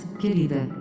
querida